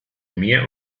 mehr